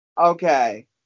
Okay